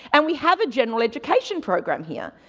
and we have a general education program here,